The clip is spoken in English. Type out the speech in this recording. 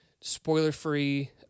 spoiler-free